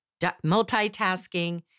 multitasking